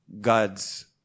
God's